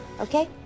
okay